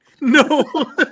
No